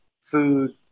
food